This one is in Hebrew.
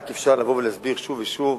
רק אפשר לבוא ולהסביר שוב ושוב.